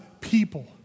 people